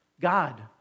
God